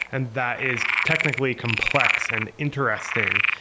and that is technically complex and interesting.